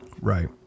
Right